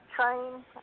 train